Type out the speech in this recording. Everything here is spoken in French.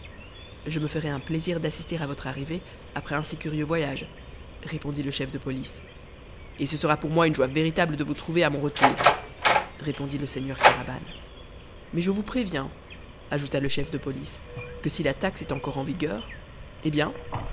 je me ferai un plaisir d'assister à votre arrivée après un si curieux voyage répondit le chef de police et ce sera pour moi une joie véritable de vous trouver à mon retour répondit le seigneur kéraban mais je vous préviens ajouta le chef de police que si la taxe est encore en vigueur eh bien